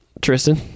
Tristan